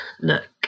look